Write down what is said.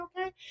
okay